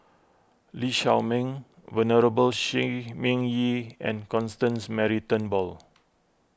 Lee Shao Meng Venerable Shi Ming Yi and Constance Mary Turnbull